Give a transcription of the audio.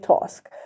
task